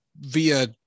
via